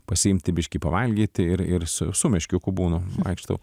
pasiimti biškį pavalgyti ir ir su su meškiuku būnu vaikštau